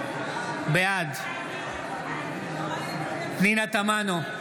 בעד פנינה תמנו,